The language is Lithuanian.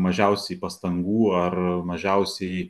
mažiausiai pastangų ar mažiausiai